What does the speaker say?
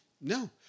No